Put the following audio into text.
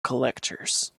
collectors